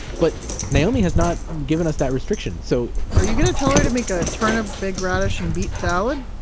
but naomi has not given us that restriction so are you going to tell her to make a turnip, big radish and beet salad?